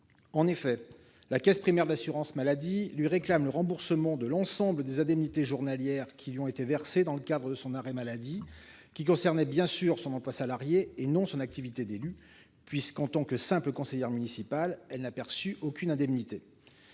maladie. La caisse primaire d'assurance maladie- CPAM -lui réclame le remboursement de l'ensemble des indemnités journalières qui lui ont été versées dans le cadre de son arrêt maladie. Ces indemnités sont bien sûr liées à son emploi salarié, et non à son activité d'élue, puisque, en tant que simple conseillère municipale, elle n'a perçu aucune indemnité.